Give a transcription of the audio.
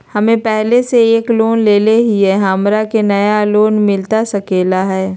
हमे पहले से एक लोन लेले हियई, हमरा के नया लोन मिलता सकले हई?